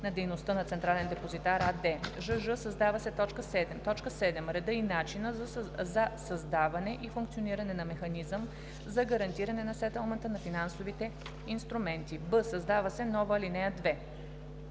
на дейността на „Централен депозитар“ АД;“ жж) създава се т. 7: „7. реда и начина за създаване и функциониране на механизъм за гарантиране на сетълмента на финансови инструменти.“; б) създава се нова ал. 2: